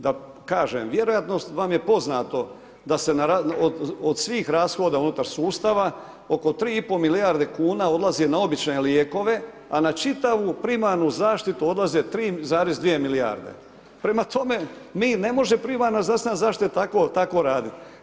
Da kažem vjerojatno vam je poznato da se od svih rashoda unutar sustava oko 3,5 milijarde kuna odlazi na obične lijekove, a na čitavu primarnu zaštitu odlaze 3,2 milijarde prema tome ne može primarna zdravstvena zaštita tako radit.